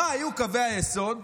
מה היו קווי היסוד,